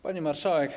Pani Marszałek!